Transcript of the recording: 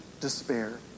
despair